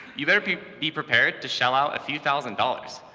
you better be be prepared to shell out a few thousand dollars.